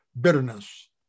bitterness